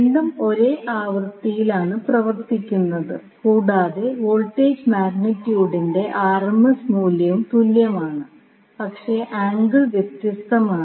രണ്ടും ഒരേ ആവൃത്തിയിലാണ് പ്രവർത്തിക്കുന്നത് കൂടാതെ വോൾട്ടേജ് മാഗ്നിറ്റ്യൂഡിന്റെ ആർഎംഎസ് മൂല്യവും തുല്യമാണ് പക്ഷേ ആംഗിൾ വ്യത്യസ്തമാണ്